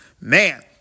Man